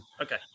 okay